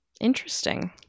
Interesting